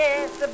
Yes